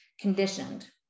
conditioned